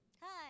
Hi